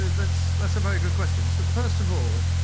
that's that's a very good question. so first of all,